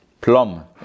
plum